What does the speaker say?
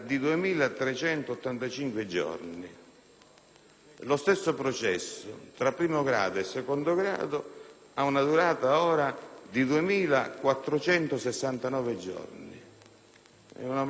Lo stesso processo, tra primo e secondo grado, ora dura 2.469 giorni. È un aumento forte.